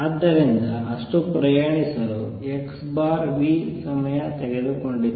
ಆದ್ದರಿಂದ ಅಷ್ಟು ಪ್ರಯಾಣಿಸಲು x v ಸಮಯ ತೆಗೆದುಕೊಂಡಿತು